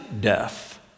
death